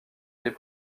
les